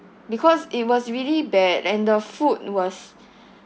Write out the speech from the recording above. because it was really bad and the food was